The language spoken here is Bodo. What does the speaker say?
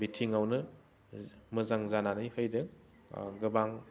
बिथिङावनो मोजां जानानै फैदों गोबां